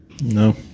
No